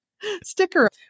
sticker